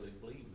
believe